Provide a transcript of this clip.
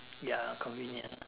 ya convenient